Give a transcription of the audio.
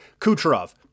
Kucherov